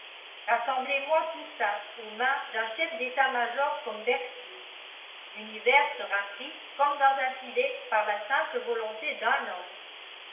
rassemblez moi tout ça aux mains d'un chef d'état-major comme berthier l'univers sera pris comme dans un filet par la simple volonté d'un homme